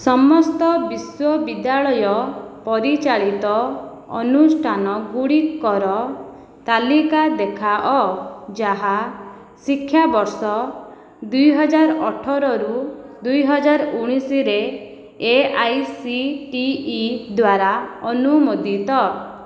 ସମସ୍ତ ବିଶ୍ୱବିଦ୍ୟାଳୟ ପରିଚାଳିତ ଅନୁଷ୍ଠାନଗୁଡ଼ିକର ତାଲିକା ଦେଖାଅ ଯାହା ଶିକ୍ଷାବର୍ଷ ଦୁଇହଜାର ଅଠରରୁ ଦୁଇହଜାର ଉଣେଇଶରେ A I C T E ଦ୍ଵାରା ଅନୁମୋଦିତ